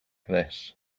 this